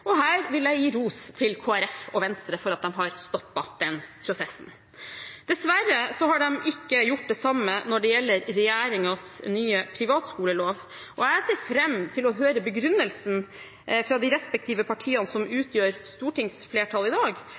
og her vil jeg gi ros til Kristelig Folkeparti og Venstre for at de har stoppet den prosessen. Dessverre har de ikke gjort det samme når gjelder regjeringens nye privatskolelov. Jeg ser fram til å høre begrunnelsen fra de respektive partiene som utgjør stortingsflertallet i dag,